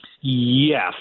Yes